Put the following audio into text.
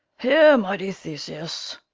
here, mighty theseus.